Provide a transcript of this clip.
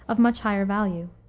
of much higher value.